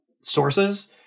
sources